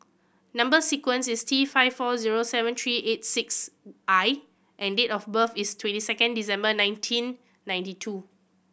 number sequence is T five four zero seven three eight six I and date of birth is twenty second December nineteen ninety two